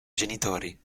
genitori